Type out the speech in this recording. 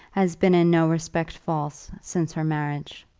has been in no respect false, since her marriage.